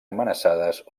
amenaçades